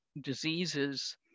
diseases